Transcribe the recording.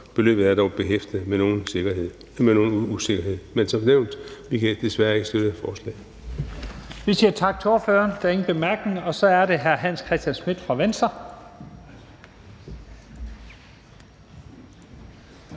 Beløbet er dog behæftet med nogen usikkerhed. Men som nævnt kan vi desværre ikke støtte forslaget.